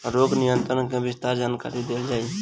रोग नियंत्रण के विस्तार जानकरी देल जाई?